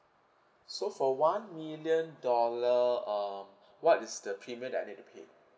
so for one million dollar um what is the premium that I need to pay